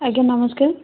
ଆଜ୍ଞା ନମସ୍କାର